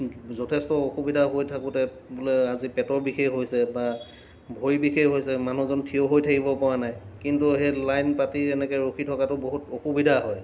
যথেষ্ট অসুবিধা হৈ থাকোঁতে বোলে আজি পেটৰ বিষে হৈছে বা ভৰি বিষে হৈছে মানুহজন থিয় হৈ থাকিব পৰা নাই কিন্তু সেই লাইন পাতি এনেকৈ ৰখি থকাটো বহুত অসুবিধা হয়